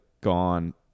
gone